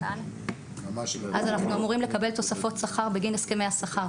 אז אנחנו אמורים לקבל תוספות שכר בגין הסכמי השכר.